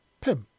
PIMP